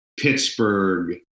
Pittsburgh